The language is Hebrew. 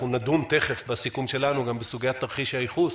אנחנו נדון בסיכום שלנו גם בסוגיית תרחיש הייחוס,